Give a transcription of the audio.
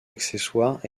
accessoire